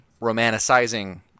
romanticizing